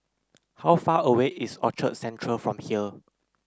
how far away is Orchard Central from here